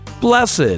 blessed